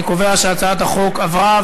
אני קובע שהצעת החוק עברה,